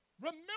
Remember